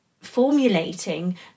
formulating